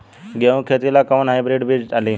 गेहूं के खेती ला कोवन हाइब्रिड बीज डाली?